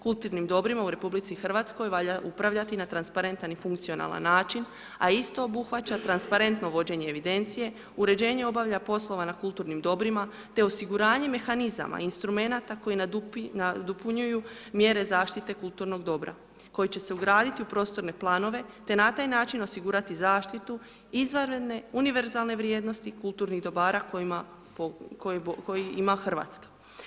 Kulturnim dobrima u RH valja upravljati na transparentan i funkcionalan način a isto obuhvaća transparentno vođenje evidencije, uređenje obavljanja poslova na kulturnim dobrima te osiguranje mehanizama i instrumenata koji nadopunjuju mjere zaštite kulturnog dobra koji će se ugraditi u prostorne planove te na taj način osigurati zaštitu izvanredne, univerzalne vrijednosti kulturnih dobara koje ima Hrvatska.